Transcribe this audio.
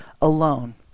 alone